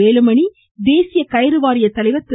வேலுமணி தேசிய கயிறு வாரிய தலைவர் திரு